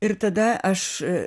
ir tada aš